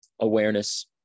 awareness